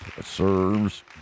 serves